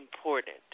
important